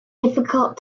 difficult